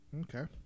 Okay